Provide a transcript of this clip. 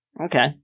Okay